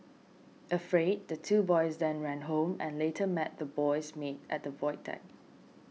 afraid the two boys then ran home and later met the boy's maid at the void deck